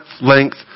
length